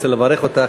ואני רוצה לברך אותך,